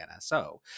NSO